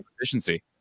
efficiency